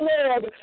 Lord